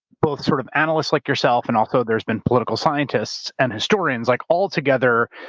both sort of analysts like yourself and also there's been political scientists and historians. like all together,